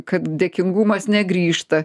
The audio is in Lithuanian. kad dėkingumas negrįžta